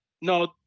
No